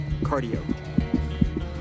cardio